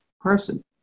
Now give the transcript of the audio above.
person